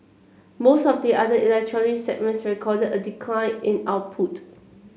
most of the other electronic segments recorded a decline in output